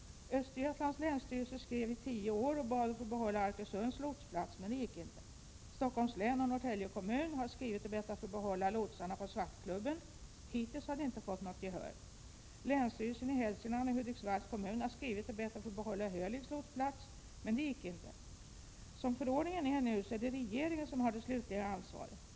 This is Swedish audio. Östergötlands länsstyrelse skrev i tio år och bad att få behålla Arkösunds lotsplats, men det gick inte. Stockholms län och Norrtälje kommun har skrivit och bett att få behålla lotsarna på Svartklubben. Hittills har de inte fått något gehör. Länsstyrelsen i Hälsingland och Hudiksvalls kommun har skrivit och bett att få behålla Hölicks lotsplats, men det gick inte. Som förordningen är nu är det regeringen som har det slutliga ansvaret.